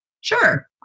sure